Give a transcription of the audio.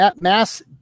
mass